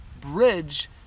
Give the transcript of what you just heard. bridge